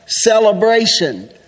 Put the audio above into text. celebration